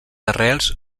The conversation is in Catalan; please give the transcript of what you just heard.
arrels